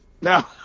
Now